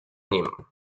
nim